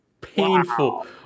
painful